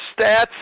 stats